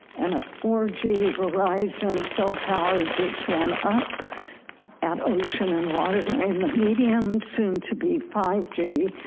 and a four g verizon cell tower just went up at ocean and water in the medium soon to be five g.